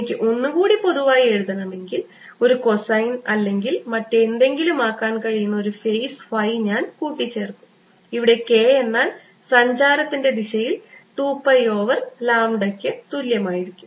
എനിക്ക് ഒന്നുകൂടി പൊതുവായി എഴുതണമെങ്കിൽ ഒരു കൊസൈൻ അല്ലെങ്കിൽ മറ്റെന്തെങ്കിലും ആക്കാൻ കഴിയുന്ന ഒരു ഫേസ് φ ഞാൻ കൂട്ടിച്ചേർക്കും ഇവിടെ k എന്നാൽ സഞ്ചാരത്തിൻറെ ദിശയിൽ 2 പൈ ഓവർ ലാംഡയ്ക്ക് തുല്യമായിരിക്കും